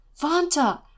Vanta